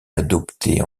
adoptées